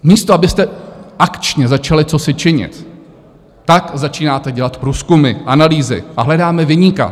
Místo abyste akčně začali cosi činit, začínáte dělat průzkumy, analýzy a hledáme viníka.